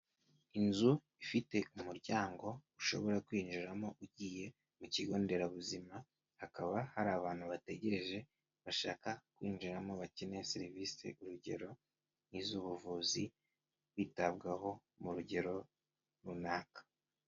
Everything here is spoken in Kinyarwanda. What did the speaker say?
Inzu ifite umuryango ushobora kwinjiramo ugiye mu kigo nderabuzima, hakaba hari abantu bategereje; bashaka kwinjiramo bakeneye serivisi. Urugero nk'iz'ubuvuzi, kwitabwaho mu rugero runaka.